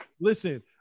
listen